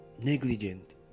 negligent